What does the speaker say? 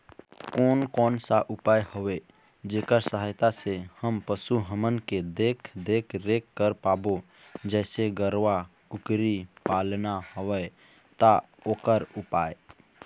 कोन कौन सा उपाय हवे जेकर सहायता से हम पशु हमन के देख देख रेख कर पाबो जैसे गरवा कुकरी पालना हवे ता ओकर उपाय?